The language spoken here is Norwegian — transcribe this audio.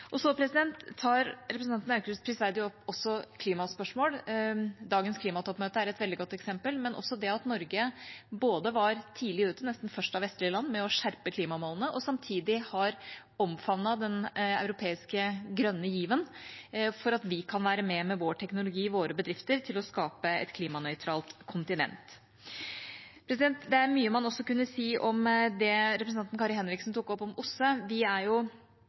Så tar representanten Aukrust prisverdig også opp klimaspørsmål. Dagens klimatoppmøte er et veldig godt eksempel, men også det at Norge både var tidlig ute – nesten først av vestlige land – med å skjerpe klimamålene og samtidig har omfavnet den europeiske grønne given for at vi kan være med, med vår teknologi og våre bedrifter til å skape et klimanøytralt kontinent. Det er mye man også kunne si om det representanten Kari Henriksen tok opp om OSSE. Vi er